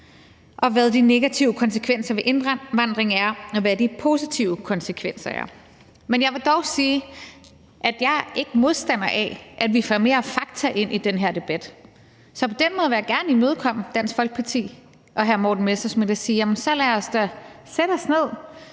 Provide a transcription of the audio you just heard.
ud, hvad de negative konsekvenser ved indvandringen er, og hvad de positive konsekvenser er. Men jeg vil dog sige, at jeg ikke er modstander af, at vi får mere fakta ind i den her debat. Så på den måde vil jeg gerne imødekomme Dansk Folkeparti og hr. Morten Messerschmidt og sige, at så lad os da sætte os ned